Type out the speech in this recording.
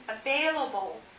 available